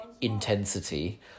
intensity